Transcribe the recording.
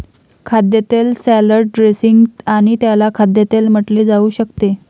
खाद्यतेल salad dressing आणि त्याला खाद्यतेल म्हटले जाऊ शकते